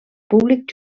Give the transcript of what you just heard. públic